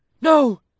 No